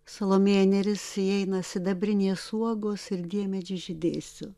salomėja nėris įeina sidabrinės uogos ir diemedžiu žydėsiu